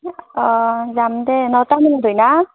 অঁ যাম দে নটামানত হয়না